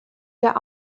der